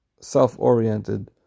self-oriented